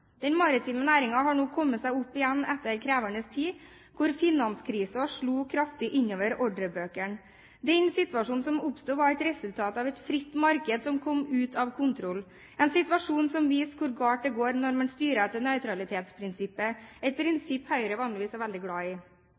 Den maritime næringen har nå kommet seg opp igjen etter en krevende tid da finanskrisen slo kraftig inn over ordrebøkene. Situasjonen som oppsto, var et resultat av et fritt marked som kom ut av kontroll – en situasjon som viste hvor galt det går når man styrer etter nøytralitetsprinsippet, et prinsipp Høyre vanligvis er veldig glad i.